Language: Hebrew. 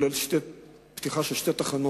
שכולל פתיחה של שתי תחנות,